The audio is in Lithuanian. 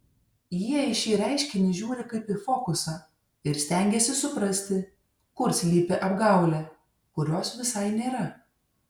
jie į šį reiškinį žiūri kaip į fokusą ir stengiasi suprasti kur slypi apgaulė kurios visai nėra